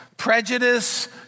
prejudice